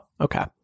okay